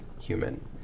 human